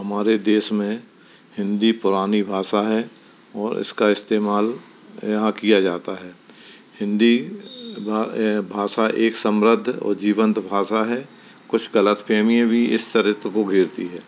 हमारे देश में हिन्दी पुरानी भाषा है और इसका इस्तेमाल यहाँ किया जाता है हिन्दी भाषा एक समृद्ध और जीवंत भाषा है कुछ गलतफहमी भी इस चरित्र को घरती है